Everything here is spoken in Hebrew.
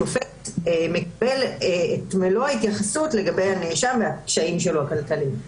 השופט מקבל את מלוא ההתייחסות לגבי הנאשם והקשיים הכלכליים שלו.